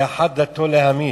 כי אחת דתו להמית.